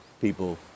people